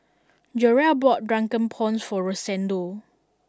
Jerrel bought drunken prawns for Rosendo